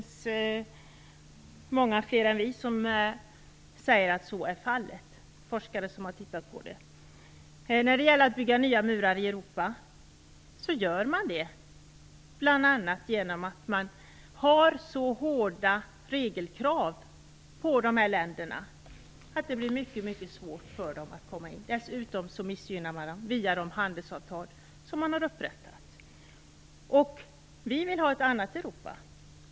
Det finns fler än vi som säger att så är fallet, t.ex. forskare som har tittat på det. Man bygger nya murar i Europa, bl.a. genom att man har så hårda regelkrav på dessa länder att det blir mycket svårt för dem att komma in. Dessutom missgynnar man dem via de handelsavtal som man har upprättat. Vi i Miljöpartiet vill ha ett annat Europa.